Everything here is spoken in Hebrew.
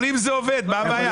אבל אם זה עובד, מה הבעיה?